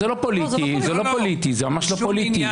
זה ממש לא פוליטי.